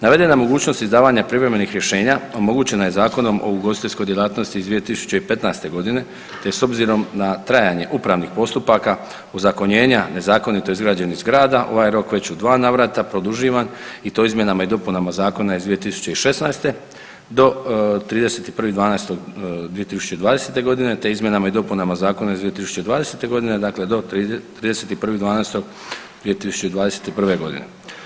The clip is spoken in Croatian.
Navedena mogućnost izdavanja privremenih rješenja omogućena je Zakonom o ugostiteljskoj djelatnosti iz 2015. godine te s obzirom na trajanje upravnih postupaka, ozakonjenja nezakonito izgrađenih zgrada ovaj rok je već u dva navrata produživan i to izmjenama i dopunama zakona iz 2016. do 31.12.2020. godine, te izmjenama i dopunama zakona iz 2020. godine dakle do 31.12.2021. godine.